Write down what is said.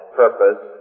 purpose